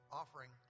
offering